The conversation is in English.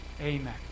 Amen